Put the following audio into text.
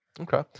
Okay